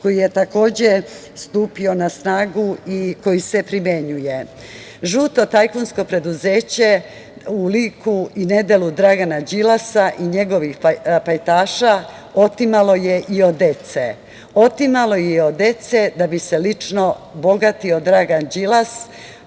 koji je takođe stupio na snagu i koji se primenjuje. Žuto tajkunsko preduzeće, u liku i nedelu Dragana Đilasa i njegovih pajtaša, otimalo je i od dece. Otimalo je i od dece da bi se lično bogatio Dragan Đilas.